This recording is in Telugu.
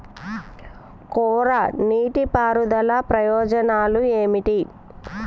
కోరా నీటి పారుదల ప్రయోజనాలు ఏమిటి?